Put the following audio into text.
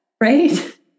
right